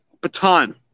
baton